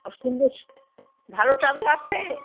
ও সুন্দর সু ভালো চাদর আছে